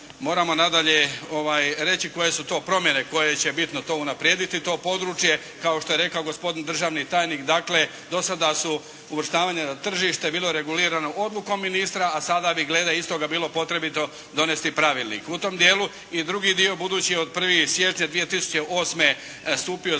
moramo nadalje reći koje su to promjene koje će bitno to unaprijediti to područje kao što je rekao gospodin državni tajnik. Dakle, do sada su uvrštavanjem na tržište bilo regulirano odlukom ministra a sada bi glede istoga bilo potrebito donijeti pravilnik. U tom dijelu, i drugi dio budući je od 1. siječnja 2008. stupio Zakon